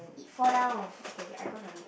fall down okay okay I'm gonna make